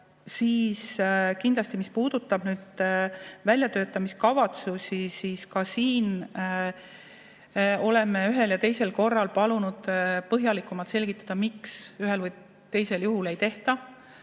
Kindlasti, mis puudutab väljatöötamiskavatsusi, siis ka siin oleme ühel ja teisel korral palunud põhjalikumalt selgitada, miks ühel või teisel juhul neid ei